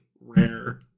rare